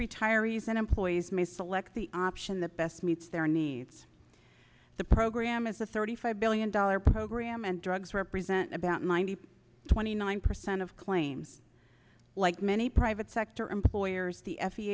retirees and employees may select the option that best meets their needs the program is a thirty five billion dollars program and drugs represent about ninety twenty nine percent of claims like many private sector employers the